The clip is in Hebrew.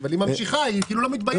אבל היא ממשיכה, היא לא מתביישת.